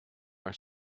are